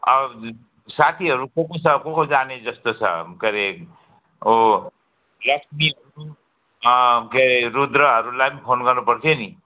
अँ साथीहरू को को छ को को जाने जस्तो छ के रे ओ यास्मिन के रे रुद्रहरूलाई पनि फोन गर्नुपर्थ्यो नि